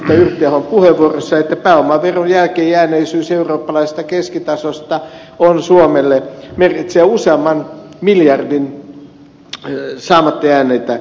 yrttiahon puheenvuorossa että pääomaveron jälkeenjääneisyys eurooppalaisesta keskitasosta merkitsee suomelle useamman miljardin saamatta jääneitä tuloja